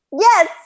Yes